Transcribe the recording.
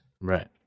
Right